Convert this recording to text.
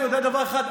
אני יודע דבר אחד,